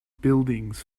buildings